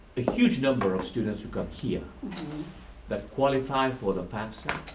a huge number of students who come here that qualify for the fafsa,